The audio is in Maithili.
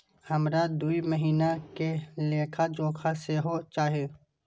हमरा दूय महीना के लेखा जोखा सेहो चाही